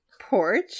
porch